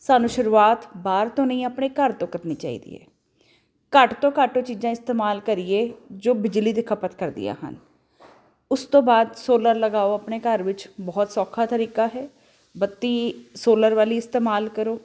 ਸਾਨੂੰ ਸ਼ੁਰੂਆਤ ਬਾਹਰ ਤੋਂ ਨਹੀਂ ਆਪਣੇ ਘਰ ਤੋਂ ਕਰਨੀ ਚਾਹੀਦੀ ਹੈ ਘੱਟ ਤੋਂ ਘੱਟ ਉਹ ਚੀਜ਼ਾਂ ਇਸਤੇਮਾਲ ਕਰੀਏ ਜੋ ਬਿਜਲੀ ਦੇ ਖਪਤ ਕਰਦੀਆਂ ਹਨ ਉਸ ਤੋਂ ਬਾਅਦ ਸੋਲਰ ਲਗਾਓ ਆਪਣੇ ਘਰ ਵਿੱਚ ਬਹੁਤ ਸੌਖਾ ਤਰੀਕਾ ਹੈ ਬੱਤੀ ਸੋਲਰ ਵਾਲੀ ਇਸਤੇਮਾਲ ਕਰੋ